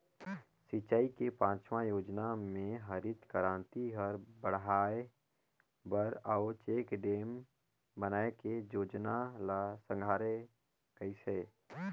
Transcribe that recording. सिंचई के पाँचवा योजना मे हरित करांति हर बड़हाए बर अउ चेकडेम बनाए के जोजना ल संघारे गइस हे